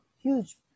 huge